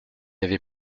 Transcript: avais